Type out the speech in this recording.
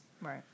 Right